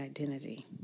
identity